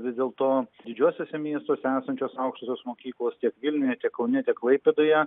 vis dėlto didžiuosiuose miestuose esančios aukštosios mokyklos tiek vilniuje tiek kaune tiek klaipėdoje